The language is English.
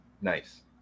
Nice